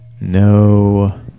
No